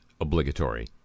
obligatory